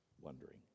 wondering